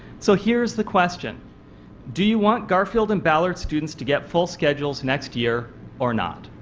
so here's the question do you want garfield and ballard students to get full schedules next year or not?